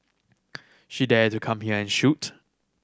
she dare to come here and shoot